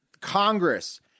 Congress